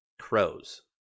crows